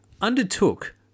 undertook